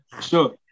Sure